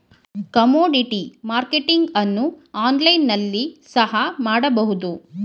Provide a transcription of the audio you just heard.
commodity marketing ಅನ್ನು online ನಲ್ಲಿ ಸಹ ಮಾಡಬಹುದು